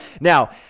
now